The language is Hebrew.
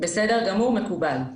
מקובל.